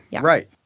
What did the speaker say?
right